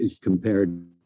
compared